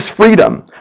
freedom